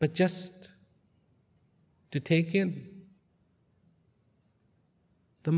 but just to take in the